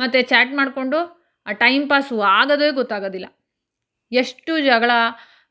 ಮತ್ತು ಚಾಟ್ ಮಾಡಿಕೊಂಡು ಆ ಟೈಮ್ ಪಾಸು ಆಗೋದೇ ಗೊತ್ತಾಗೋದಿಲ್ಲ ಎಷ್ಟು ಜಗಳ